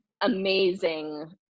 amazing